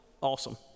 awesome